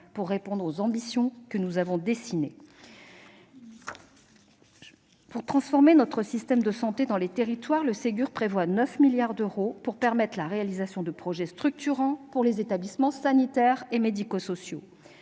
pour répondre aux ambitions que nous nous sommes fixées. Pour transformer notre système de santé dans les territoires, le Ségur prévoit 9 milliards d'euros d'aides visant à favoriser la réalisation de projets structurants pour les établissements sanitaires et médico-sociaux,